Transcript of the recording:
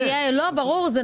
ברור.